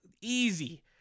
easy